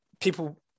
people